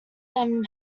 them